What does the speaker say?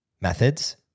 methods